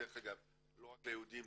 דרך אגב לא רק ליהודים,